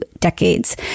decades